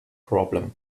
problem